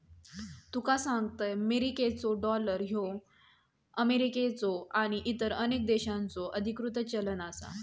तुका सांगतंय, मेरिकेचो डॉलर ह्यो अमेरिकेचो आणि इतर अनेक देशांचो अधिकृत चलन आसा